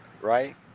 right